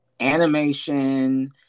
Animation